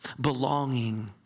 belonging